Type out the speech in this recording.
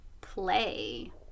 play